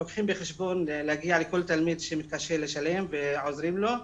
לוקחים בחשבון להגיע לכל תלמיד שמתקשה לשלם ועוזרים לו,